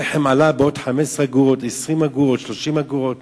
הלחם עלה בעוד 15 אגורות, 20 אגורות, 30 אגורות.